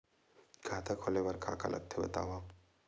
खाता खोले बार का का लगथे बतावव?